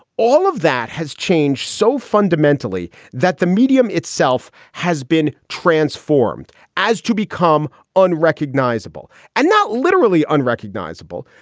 all of that has changed so fundamentally that the medium itself has been transformed as to become unrecognizable and now literally unrecognizable.